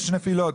יש נפילות,